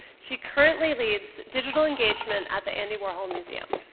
she currently leads digital engagement at the andy warhol museum.